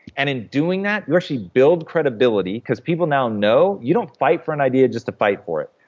and in doing that, you actually build credibility, because people now know you don't fight for an idea just to fight for it.